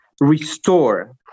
restore